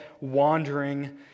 wandering